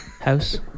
house